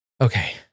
Okay